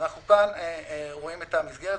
כאן אנחנו רואים את המסגרת,